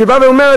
שבאה ואומרת,